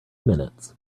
minutes